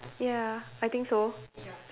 ya I think so ya